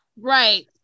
right